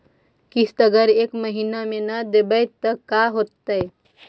किस्त अगर एक महीना न देबै त का होतै?